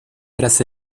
tras